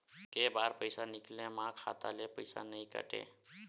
के बार पईसा निकले मा खाता ले पईसा नई काटे?